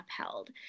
upheld